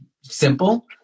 simple